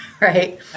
right